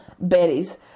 berries